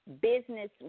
business